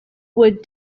would